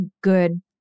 good